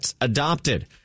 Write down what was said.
adopted